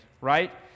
right